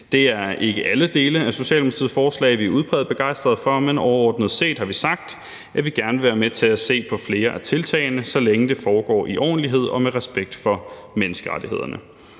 Det er ikke alle dele af Socialdemokratiets forslag, som vi er udpræget begejstret for, men overordnet set har vi sagt, at vi gerne vil være med til at se på flere af tiltagene, så længe det foregår i ordentlighed og med respekt for menneskerettighederne.